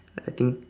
I think